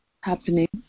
happening